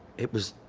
it was